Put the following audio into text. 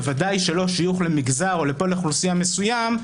וודאי שלא שיוך למגזר או לפלח אוכלוסייה מסוים,